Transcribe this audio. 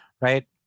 Right